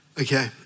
Okay